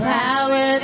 power